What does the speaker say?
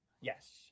Yes